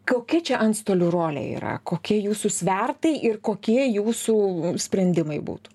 kokia čia antstolių rolė yra kokie jūsų svertai ir kokie jūsų sprendimai būtų